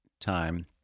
Time